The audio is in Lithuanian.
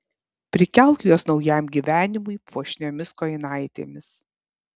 prikelk juos naujam gyvenimui puošniomis kojinaitėmis